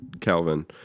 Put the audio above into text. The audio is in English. Calvin